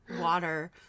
water